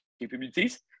capabilities